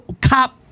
Cop